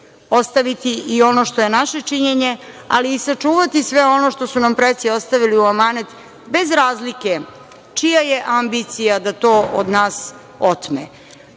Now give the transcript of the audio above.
ostaviti i ono što je naše činjenje, ali i sačuvati sve ono što su nam preci ostavili u amanet, bez razlike čija je ambicija da to od nas otme.